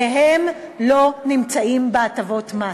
והם לא נמצאים בהטבות מס?